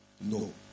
No